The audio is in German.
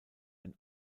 ein